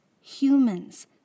humans